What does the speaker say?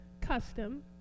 custom